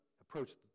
approached